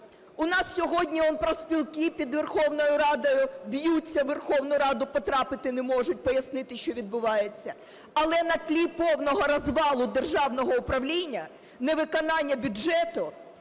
У нас сьогодні профспілки під Верховною Радою б'ються, у Верховну Раду потрапити не можуть пояснити, що відбувається. Але на тлі повного розвалу державного управління, невиконання бюджету,